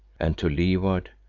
and to leeward,